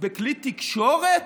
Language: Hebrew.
בכלי תקשורת?